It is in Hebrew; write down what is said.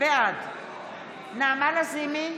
בעד נעמה לזימי,